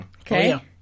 Okay